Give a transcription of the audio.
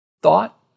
thought